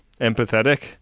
empathetic